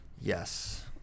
Yes